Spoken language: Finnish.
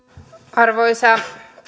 arvoisa